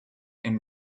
and